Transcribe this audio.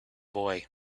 boy